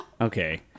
okay